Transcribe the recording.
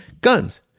Guns